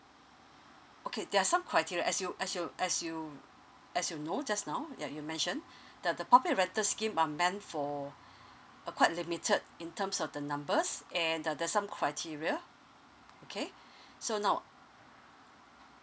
okay there are some criteria as you as you as you as you know just now ya you mentioned the the public rental scheme are meant for uh quite limited in terms of the numbers and uh there are some criteria okay so now